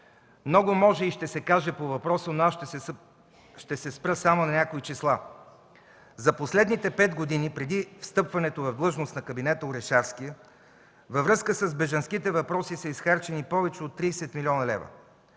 Много може и ще се каже по въпроса, но аз ще се спра само на някои числа. За последните пет години, преди встъпването в длъжност на кабинета Орешарски, във връзка с бежанските въпроси са изхарчени повече от 30 млн. лв.